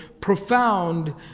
profound